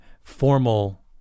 formal